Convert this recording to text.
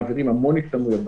מעבירים המון השתלמויות,